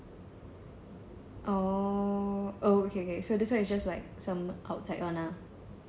oh oh okay okay so this one is just like some outside [one] lah